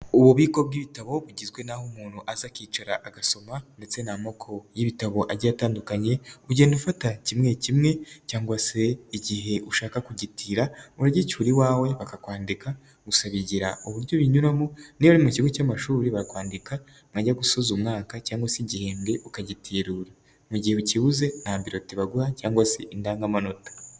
Ububiko bw'ibitabo bugizwe n'aho umuntu aza akicara agasoma, ndetse n'amoko y'ibitabo agiye atandukanye ugenda ufata kimwe kimwe cyangwa se igihe ushaka kugitira uragicyura iwawe bakakwandika, gusa bigira uburyo binyuramo, niba mu kigo cy'amashuri bakwandika mwaajya gusoza umwaka cyangwa se igihembwe, ukagiterura mu gihe ukibuze nta biroti baguha cyangwa se indangamanota.